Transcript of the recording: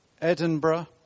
Edinburgh